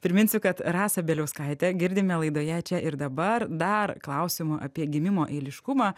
priminsiu kad rasą bieliauskaitę girdime laidoje čia ir dabar dar klausimų apie gimimo eiliškumą